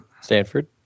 Stanford